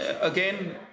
again